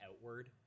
outward